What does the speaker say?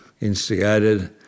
instigated